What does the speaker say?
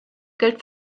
gilt